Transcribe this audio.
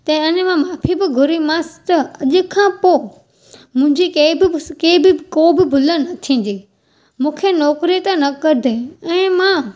तंहिं अने मां माफ़ी बि घुरीमांसि त अॼु खां पोइ मुंहिंजी कंहिं बि कंहिं बि मुंहिंजी को बि भुल न थींदी मूंखे नौकरी ता न कढे ऐं मां